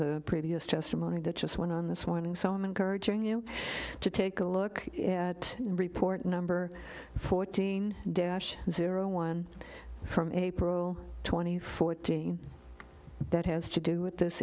the previous testimony that just went on this morning so i'm encouraging you to take a look at the report number fourteen dash zero one from april twenty fourth dean that has to do with this